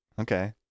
Okay